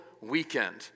weekend